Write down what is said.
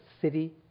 city